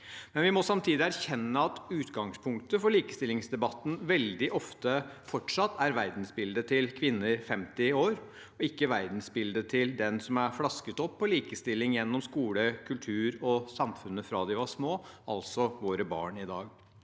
av. Vi må samtidig erkjenne at utgangspunktet for likestillingsdebatten veldig ofte fortsatt er verdensbildet til kvinner 50 år, ikke verdensbildet til den som er flasket opp på likestilling gjennom skole, kultur og samfunnet fra de var små, altså våre barn i dag.